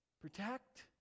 protect